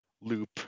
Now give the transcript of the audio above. loop